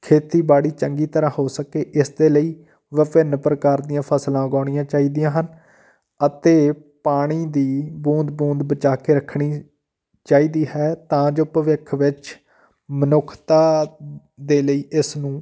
ਖੇਤੀਬਾੜੀ ਚੰਗੀ ਤਰ੍ਹਾਂ ਹੋ ਸਕੇ ਇਸ ਦੇ ਲਈ ਵਿਭਿੰਨ ਪ੍ਰਕਾਰ ਦੀਆਂ ਫਸਲਾਂ ਉਗਾਉਣੀਆਂ ਚਾਹੀਦੀਆਂ ਹਨ ਅਤੇ ਪਾਣੀ ਦੀ ਬੂੰਦ ਬੂੰਦ ਬਚਾ ਕੇ ਰੱਖਣੀ ਚਾਹੀਦੀ ਹੈ ਤਾਂ ਜੋ ਭਵਿੱਖ ਵਿੱਚ ਮਨੁੱਖਤਾ ਦੇ ਲਈ ਇਸ ਨੂੰ